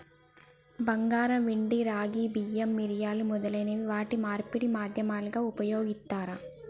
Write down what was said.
బంగారం, వెండి, రాగి, బియ్యం, మిరియాలు మొదలైన వాటిని మార్పిడి మాధ్యమాలుగా ఉపయోగిత్తారు